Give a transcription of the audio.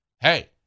Hey